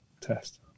test